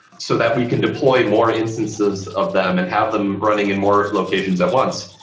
so that we can deploy more instances of them and have them running in more locations at once,